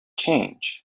change